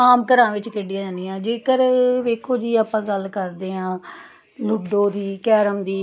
ਆਮ ਘਰਾਂ ਵਿੱਚ ਖੇਡੀਆਂ ਜਾਂਦੀਆਂ ਜੇਕਰ ਵੇਖੋ ਜੀ ਆਪਾਂ ਗੱਲ ਕਰਦੇ ਹਾਂ ਲੂਡੋ ਦੀ ਕੈਰਮ ਦੀ